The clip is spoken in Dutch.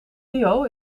duo